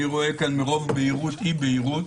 אני רואה כאן מרוב בהירות, אי בהירות.